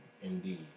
indeed